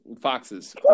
foxes